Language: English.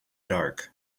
dark